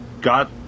got